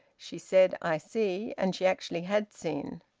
she said i see, and she actually had seen.